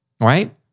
Right